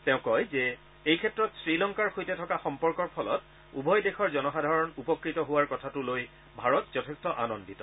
তেওঁ কয় যে এই ক্ষেত্ৰত শ্ৰীলংকাৰ সৈতে থকা সম্পৰ্কৰ ফলত উভয় দেশৰ জনসাধাৰণ উপকৃত হোৱাৰ কথাটো লৈ ভাৰত যথেষ্ট আনন্দিত